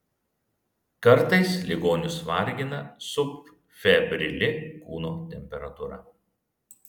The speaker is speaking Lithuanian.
kartais ligonius vargina subfebrili kūno temperatūra